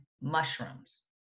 mushrooms